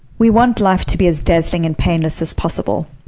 we want life to be as dazzling and painless as possible.